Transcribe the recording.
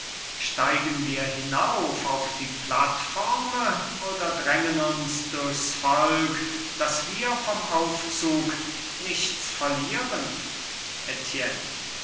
steigen wir hinauf auf die platforme oder drängen uns durchs volk daß wir vom aufzug nichts verlieren